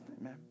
Amen